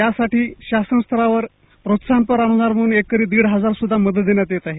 यासाठी शासन स्तरावर प्रोत्साहनपर अनुदान म्हणून एकरी दीड हजार रूपये मदत देण्यात येत आहे